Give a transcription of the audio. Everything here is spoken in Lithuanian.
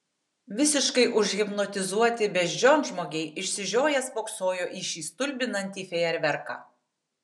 visiškai užhipnotizuoti beždžionžmogiai išsižioję spoksojo į šį stulbinantį fejerverką